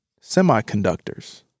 semiconductors